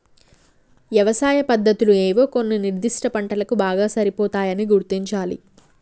యవసాయ పద్దతులు ఏవో కొన్ని నిర్ధిష్ట పంటలకు బాగా సరిపోతాయని గుర్తించాలి